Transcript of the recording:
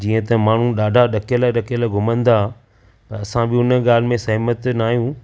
जीअं त माण्हू ॾाढा ॾकियलु ॾकियलु घुमनि था असां बि हुन ॻाल्हि में सेहमत न आहियूं